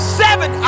seven